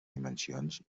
dimensions